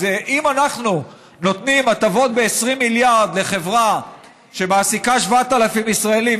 אז אם אנחנו נותנים הטבות ב-20 מיליארד לחברה שמעסיקה 7,000 ישראלים,